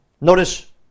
Notice